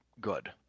good